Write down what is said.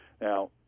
Now